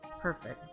perfect